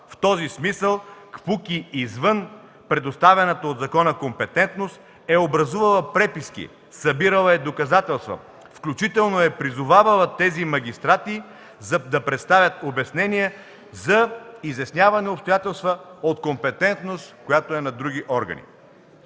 В този смисъл КПУКИ, извън предоставената от закона компетентност, е образувала преписки, събирала е доказателства, включително е призовавала тези магистрати да представят обяснения за изясняване на обстоятелства от компетентност, която е на други органи.